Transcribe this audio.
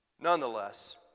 nonetheless